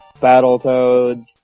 Battletoads